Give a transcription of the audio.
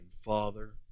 Father